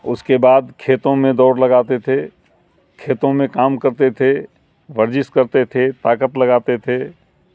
اس کے بعد کھیتوں میں دوڑ لگاتے تھے کھیتوں میں کام کرتے تھے ورزش کرتے تھے طاقت لگاتے تھے